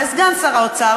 ואת סגן שר האוצר,